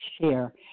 share